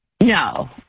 No